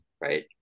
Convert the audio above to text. Right